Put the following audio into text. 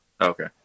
okay